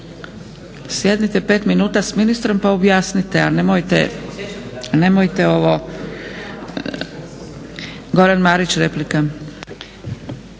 Sjednite pet minuta s ministrom pa objasnite, a nemojte ovo. Goran Marić, replika.